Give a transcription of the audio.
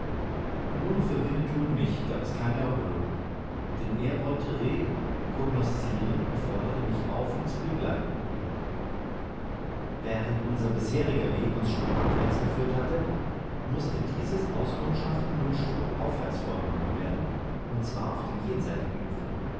nur für winnetou und mich gab es keine erholung denn er wollte rekognoszieren und forderte mich auf ihn zu begleiten während unser bisheriger weg uns stromabwärts geführt hatte mußte dieses auskundschaften nun stromaufwärts vorgenommen werden und zwar auf dem jenseitigen ufer